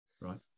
right